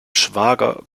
schwager